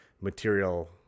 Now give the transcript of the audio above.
material